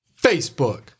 Facebook